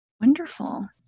Wonderful